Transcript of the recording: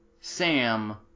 Sam